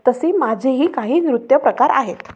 तसे माझेही काही नृत्य प्रकार आहेत